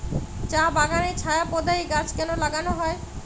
চা বাগানে ছায়া প্রদায়ী গাছ কেন লাগানো হয়?